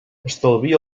estalvia